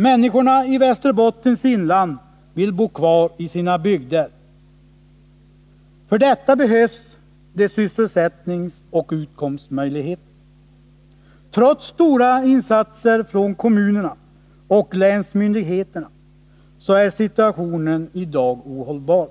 Människorna i Västerbottens inland vill bo kvar i sina bygder, men för detta behövs det sysselsättningsoch utkomstmöjligheter. Trots stora insatser från kommunerna och länsmyndigheterna är situationen i dag ohållbar.